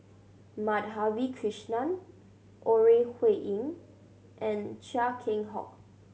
Madhavi Krishnan Ore Huiying and Chia Keng Hock